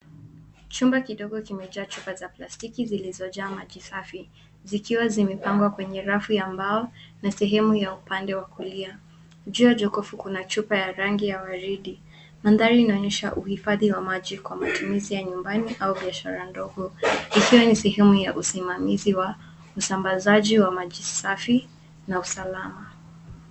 Chumba kidogo kimejaa chupa za plastiki zilizojaa maji safi zikiwa zimepangwa kwenye rafu ya mbao na sehemu ya upande wa kulia. Juu ya jokofu kuna chupa ya rangi ya waridi. Mandhari inaonyesha uhifadhi wa maji kwa matumizi ya nyumbani au biashara ndogo ikiwa ni sehemu ya usimamizi wa usambazaji wa maji safi na usalama.